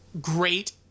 great